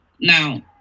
Now